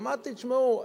אמרתי: תשמעו,